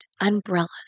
Umbrellas